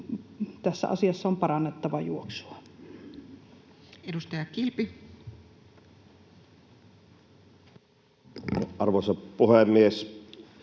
Tässä asiassa on parannettava juoksua. Edustaja Kilpi. Arvoisa puhemies!